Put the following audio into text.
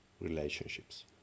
relationships